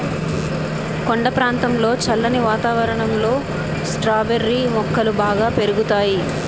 కొండ ప్రాంతంలో చల్లని వాతావరణంలో స్ట్రాబెర్రీ మొక్కలు బాగా పెరుగుతాయి